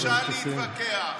אפשר להתווכח.